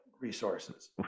resources